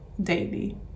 daily